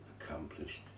accomplished